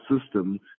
system